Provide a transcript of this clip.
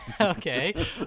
okay